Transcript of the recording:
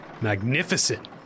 magnificent